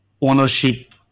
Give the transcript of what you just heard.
ownership